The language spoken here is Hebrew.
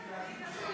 אני.